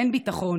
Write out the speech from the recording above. אין ביטחון.